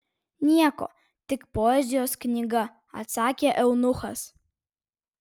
nieko tik poezijos knygą atsakė eunuchas